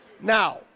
Now